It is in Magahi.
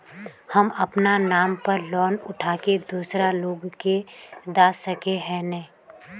हम अपना नाम पर लोन उठा के दूसरा लोग के दा सके है ने